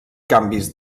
canvis